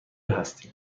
هستیم